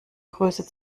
größe